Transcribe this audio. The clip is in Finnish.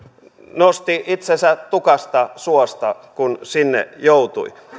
nosti itsensä tukasta suosta kun sinne joutui